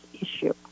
issue